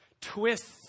twists